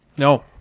No